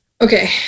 okay